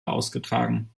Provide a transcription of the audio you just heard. ausgetragen